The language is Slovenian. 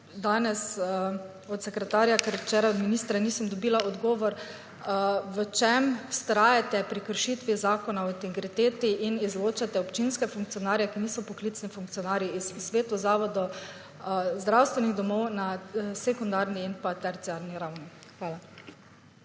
danes od sekretarja, ker včeraj od ministra nisem dobila odgovora. V čem vztrajate pri kršitvi Zakona o integriteti in izločate občinske funkcionarje, ki niso poklicni funkcionarji iz svetov zavodov zdravstvenih domov na sekundarni in pa terciarni ravni? Hvala.